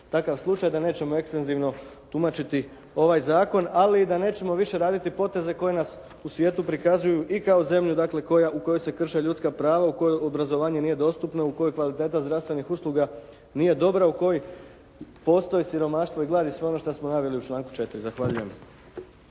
takav slučaj, da nećemo ekstenzivno tumačiti ovaj zakon, ali i da nećemo više raditi poteze koji nas u svijetu prikazuju i kao zemlju, dakle u kojoj se krše ljudska prava, u kojoj obrazovanje nije dostupno, u kojoj kvaliteta zdravstvenih usluga nije dobra, u kojoj postoji siromaštvo i glad i sve ono što smo naveli u članku 4. Zahvaljujem.